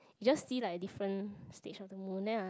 just see like different stage of the moon then uh